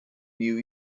new